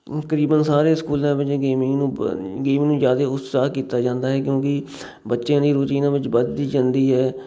ਤਕਰੀਬਨ ਸਾਰੇ ਸਕੂਲਾਂ ਵਿੱਚ ਗੇਮਿੰਗ ਨੂੰ ਪ ਗੇਮਿੰਗ ਨੂੰ ਜ਼ਿਆਦਾ ਉਤਸ਼ਾਹ ਕੀਤਾ ਜਾਂਦਾ ਹੈ ਕਿਉਂਕਿ ਬੱਚਿਆਂ ਦੀ ਰੁਚੀ ਇਹਨਾਂ ਵਿੱਚ ਵੱਧਦੀ ਜਾਂਦੀ ਹੈ